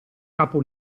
capo